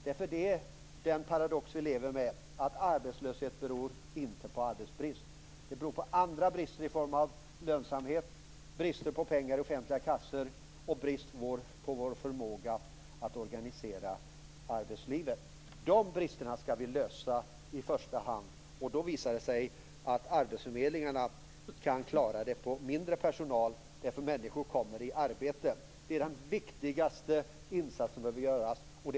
Den paradox som vi har att leva med är att arbetslöshet inte beror på arbetsbrist. Den beror på andra brister: brister i lönsamhet, brist på pengar i offentliga kassor och brister i vår förmåga att organisera arbetslivet. Det är de bristerna som vi i första hand skall komma till rätta med. Då visar det sig att arbetsförmedlingarna kan klara sig med mindre personal, eftersom människor kommer i arbete. Detta är den viktigaste insats som vi behöver göra.